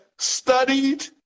studied